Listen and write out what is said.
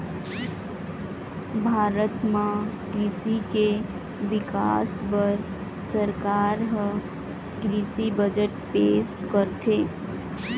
भारत म कृषि के बिकास बर सरकार ह कृषि बजट पेश करथे